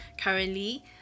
Currently